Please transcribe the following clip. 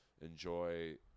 enjoy